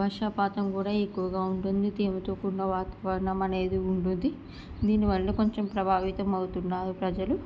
వర్షపాతం కూడా ఎక్కువగా ఉంటుంది తేమతో కూడిన వాతావరణం అనేది ఉంటుంది దీనివలన కొంచెం ప్రభావితం అవుతున్నారు ప్రజలు